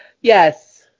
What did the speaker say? Yes